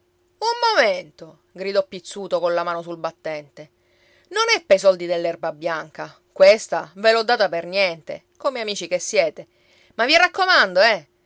un momento gridò pizzuto colla mano sul battente non è pei soldi dell'erbabianca questa ve l'ho data per niente come amici che siete ma vi raccomando eh